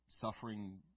suffering